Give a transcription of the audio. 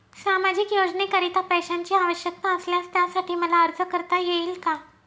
सामाजिक योजनेकरीता पैशांची आवश्यकता असल्यास त्यासाठी मला अर्ज करता येईल का?